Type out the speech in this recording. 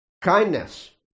kindness